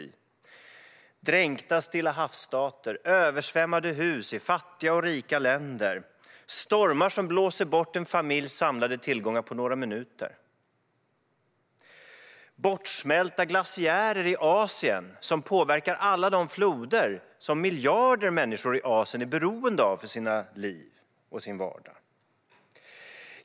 Vi kommer att få se dränkta Stillahavsstater, översvämmade hus i fattiga och rika länder, stormar som blåser bort en familjs samlade tillgångar på några minuter och bortsmältning av glaciärer i Asien som påverkar alla de floder som miljarder människor där är beroende av för sina liv och sin vardag.